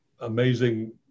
amazing